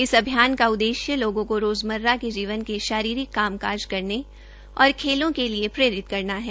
इस अभियान का उद्देश्य लोगों को रोज़मर्रा के जीवन के शारीरिक काम काज करने और खेलों के लिए प्रेरित करना है